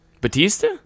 batista